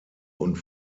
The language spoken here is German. und